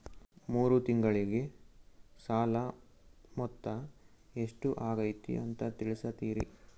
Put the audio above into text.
ಮೂರು ತಿಂಗಳಗೆ ಸಾಲ ಮೊತ್ತ ಎಷ್ಟು ಆಗೈತಿ ಅಂತ ತಿಳಸತಿರಿ?